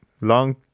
long